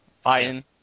Fighting